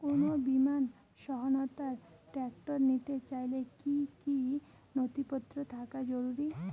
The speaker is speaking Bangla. কোন বিমার সহায়তায় ট্রাক্টর নিতে চাইলে কী কী নথিপত্র থাকা জরুরি?